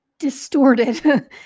distorted